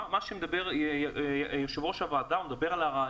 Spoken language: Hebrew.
מה שאומר יושב ראש הוועדה, הוא מדבר על הרעיון.